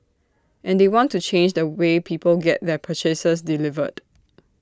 and they want to change the way people get their purchases delivered